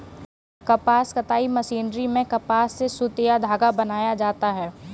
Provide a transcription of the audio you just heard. कपास कताई मशीनरी में कपास से सुत या धागा बनाया जाता है